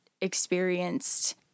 experienced